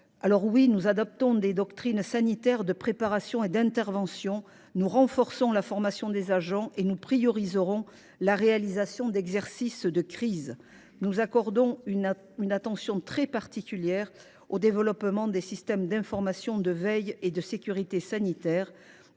adapterons, en effet, des doctrines sanitaires de préparation et d’intervention, nous renforcerons la formation des agents et nous prioriserons la réalisation d’exercices de crise. Nous accorderons aussi une attention particulière au développement des systèmes d’information de veille et de sécurité sanitaire,